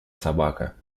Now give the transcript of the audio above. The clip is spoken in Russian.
собака